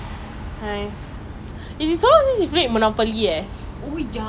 I also can't wait you you hope you remember you said you'll invite us ah